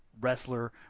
wrestler